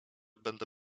będę